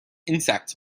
insects